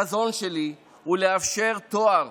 החזון שלי הוא לאפשר תואר